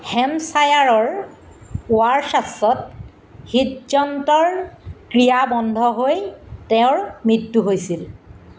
হেম্পশ্বায়াৰৰ ৱাৰছাশ্বত হৃদযন্ত্ৰৰ ক্ৰিয়া বন্ধ হৈ তেওঁৰ মৃত্যু হৈছিল